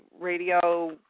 radio